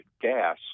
gas